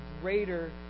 greater